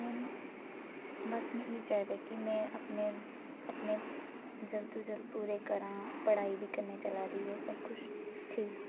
हून बस मी एह् चाहि्दा कि में अपने सपनें जल्द तो जल्द पूरे करांऽ पढ़ाई बी कन्नै चला दी ऐ सब कुछ ठीक